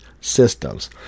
systems